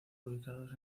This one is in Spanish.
ubicados